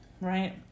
right